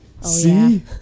see